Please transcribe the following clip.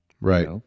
Right